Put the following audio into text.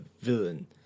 villain